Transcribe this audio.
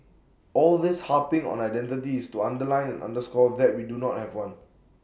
all this harping on identity is to underline and underscore that we do not have one